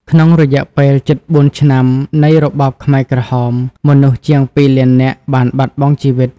ក្នុងរយៈពេលជិត ៤ ឆ្នាំ នៃរបបខ្មែរក្រហម មនុស្សជាង ២ លាននាក់ បានបាត់បង់ជីវិត។